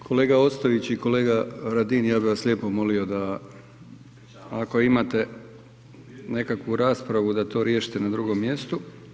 Kolega Ostojić i kolega Radin, ja bih vas lijepo molio da, ako imate nekakvu raspravu, da to riješite na drugom mjestu.